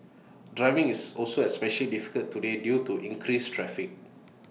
driving is also especially difficult today due to increased traffic